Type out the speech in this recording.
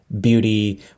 beauty